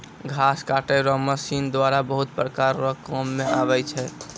घास काटै रो मशीन द्वारा बहुत प्रकार रो काम मे आबै छै